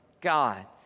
God